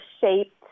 shaped